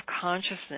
consciousness